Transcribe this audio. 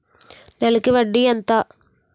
నెలకి వడ్డీ ఎంత?